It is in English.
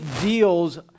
deals